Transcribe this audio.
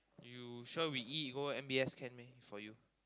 you sure we eat we go M_B_S can meh for you